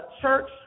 church